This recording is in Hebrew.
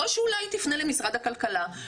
או שאולי היא תפנה למשרד הכלכלה,